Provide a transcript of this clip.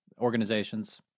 organizations